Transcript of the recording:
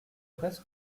presse